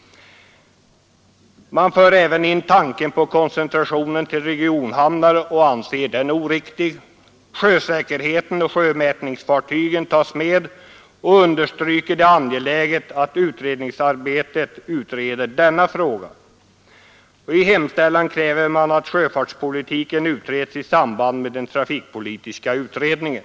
Man anser tanken på koncentrationen till regionhamnar oriktig. Sjösäkerheten och sjömätningsfartygen tas med, och man understryker det angelägna i att utredningen utreder denna fråga. I hemställan kräver man att sjöfartspolitiken utreds i samband med den trafikpolitiska utredningen.